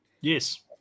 Yes